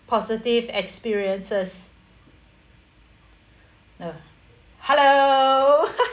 positive experiences ah hello